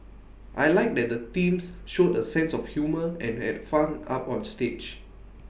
I Like that the teams showed A sense of humour and had fun up on stage